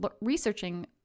researching